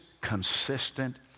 consistent